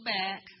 back